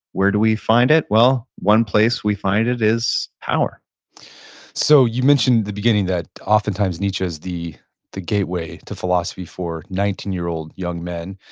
where do we find it? well, one place we find it is power so, you mentioned in the beginning that oftentimes nietzsche is the the gateway to philosophy for nineteen year old young men,